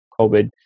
covid